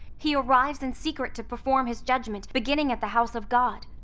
he arrives in secret to perform his judgment beginning at the house of god.